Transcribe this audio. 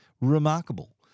Remarkable